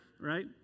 right